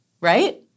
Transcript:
Right